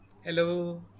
Hello